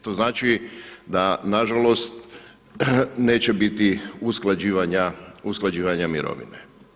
To znači da nažalost neće biti usklađivanja mirovine.